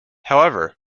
however